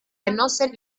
genossen